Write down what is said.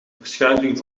verschuiving